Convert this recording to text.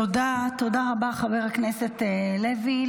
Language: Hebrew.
תודה רבה, חבר הכנסת לוי.